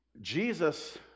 Jesus